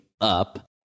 up